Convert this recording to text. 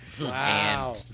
wow